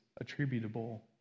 attributable